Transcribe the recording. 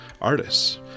artists